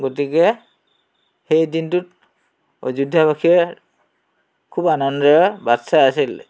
গতিকে সেই দিনটোত অযোধ্যাবাসীয়ে খুব আনন্দেৰে বাট চাই আছিলে